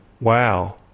Wow